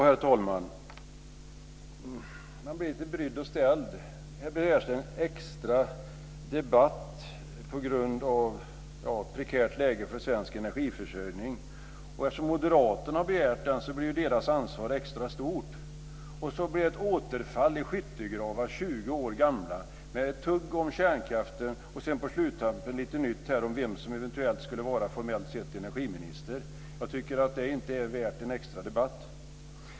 Herr talman! Man blir lite brydd och ställd. Här begärs en extra debatt på grund av ett prekärt läge för svensk energiförsörjning. Eftersom Moderaterna har begärt debatten blir deras ansvar extra stort. Och så blir det ett återfall i skyttegravar, 20 år gamla, med tugg om kärnkraften och på sluttampen lite nytt om vem som eventuellt skulle vara energiminister formellt sett. Jag tycker inte att det är värt en extra debatt.